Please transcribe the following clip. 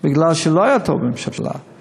כי השירות הממשלתי לא היה טוב,